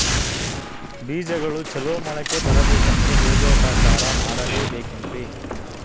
ಬೇಜಗಳು ಚಲೋ ಮೊಳಕೆ ಬರಬೇಕಂದ್ರೆ ಬೇಜೋಪಚಾರ ಮಾಡಲೆಬೇಕೆನ್ರಿ?